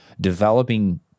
developing